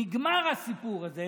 נגמר הסיפור הזה,